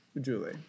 Julie